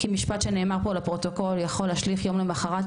כי משפט שנאמר פה לפרוטוקול יכול להשליך יום למחרת,